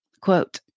quote